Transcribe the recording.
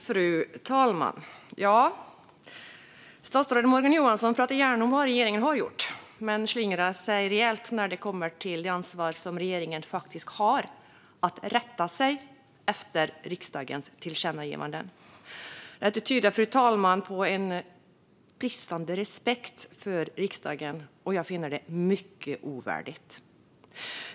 Fru talman! Ja, statsrådet Morgan Johansson pratar gärna om vad regeringen har gjort. Men han slingrar sig rejält när det gäller det ansvar som regeringen faktiskt har att rätta sig efter riksdagens tillkännagivanden. Det tyder på bristande respekt för riksdagen, fru talman, och jag finner det mycket ovärdigt.